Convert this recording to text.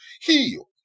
heal